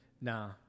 Nah